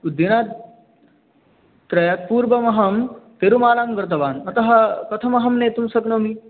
दिनत्रयात् पूर्वमहं तिरुमलां गतवान् अतः कथमहं नेतुं शक्नोमि